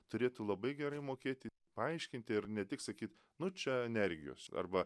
turėtų labai gerai mokėti paaiškinti ir ne tik sakyt nu čia energijos arba